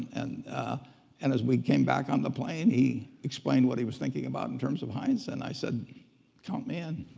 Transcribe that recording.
and and as we came back on the plane he explained what he was thinking about in terms of heinz, and i said count me in.